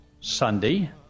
Sunday